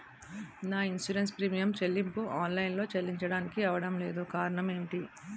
నా insurance premium చెల్లింపు online లో చెల్లించడానికి అవ్వడం లేదు కారణం ఏమిటి?